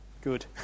good